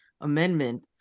Amendment